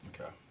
Okay